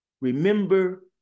remember